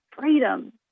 freedom